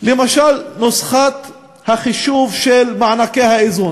למשל נוסחת החישוב של מענקי האיזון.